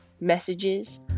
messages